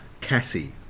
Cassie